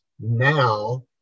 now